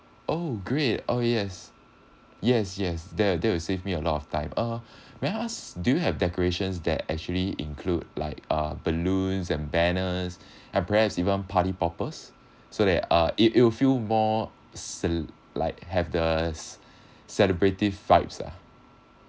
oh great oh yes yes yes that that will save me a lot of time uh may I ask do you have decorations that actually include like uh balloons and banners and perhaps even party poppers so that uh it it will feel more cele~ like have the s~ celebrative vibes ah